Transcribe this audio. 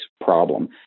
problem